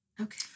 Okay